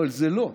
אבל זה לא.